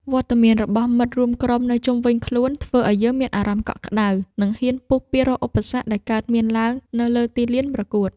វត្តមានរបស់មិត្តរួមក្រុមនៅជុំវិញខ្លួនធ្វើឱ្យយើងមានអារម្មណ៍កក់ក្តៅ និង ហ៊ានពុះពាររាល់ឧបសគ្គដែលកើតមានឡើងនៅលើទីលានប្រកួត។